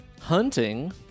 Hunting